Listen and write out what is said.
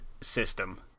system